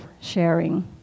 sharing